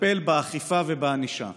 לטפל באכיפה ובענישה.